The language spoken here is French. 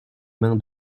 main